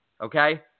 okay